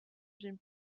den